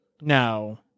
No